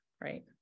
right